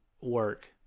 work